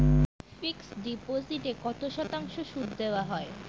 Fixed ডিপোজিটে কত শতাংশ সুদ দেওয়া হয়?